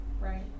right